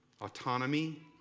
autonomy